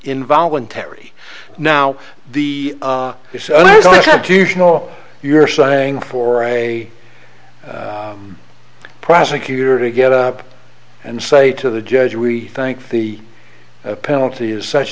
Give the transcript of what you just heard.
involuntary now the you're saying for a prosecutor to get up and say to the judge we think the penalty is such